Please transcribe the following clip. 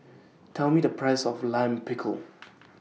Tell Me The Price of Lime Pickle